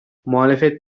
muhalefet